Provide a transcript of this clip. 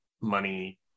money